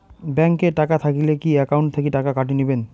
Bank এ টাকা থাকিলে কি একাউন্ট থাকি টাকা কাটি নিবেন?